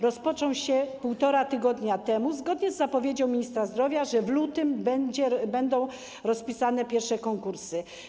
Rozpoczął się półtora tygodnia temu zgodnie z zapowiedzią ministra zdrowia, że w lutym będą rozpisane pierwsze konkursy.